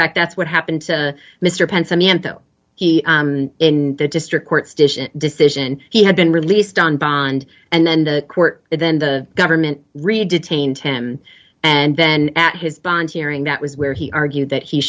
fact that's what happened to mr penton and though he in the district court's decision decision he had been released on bond and then the court then the government really detained him and then at his bond hearing that was where he argued that he